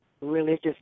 religious